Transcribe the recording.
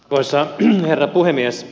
arvoisa herra puhemies